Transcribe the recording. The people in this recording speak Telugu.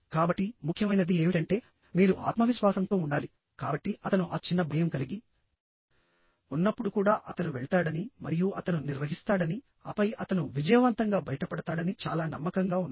కాబట్టి ముఖ్యమైనది ఏమిటంటే మీరు ఆత్మవిశ్వాసంతో ఉండాలి కాబట్టి అతను ఆ చిన్న భయం కలిగి ఉన్నప్పుడు కూడా అతను వెళ్తాడని మరియు అతను నిర్వహిస్తాడని ఆపై అతను విజయవంతంగా బయటపడతాడని చాలా నమ్మకంగా ఉన్నాడు